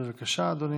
בבקשה, אדוני,